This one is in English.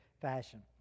fashion